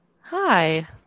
Hi